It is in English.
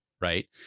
Right